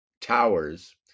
towers